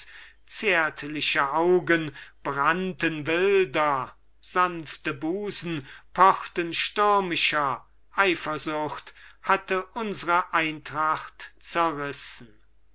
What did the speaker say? zärtliche augen brannten wilder sanfte busen pochten stürmischer eifersucht hatte unsre eintracht zerrissen